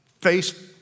face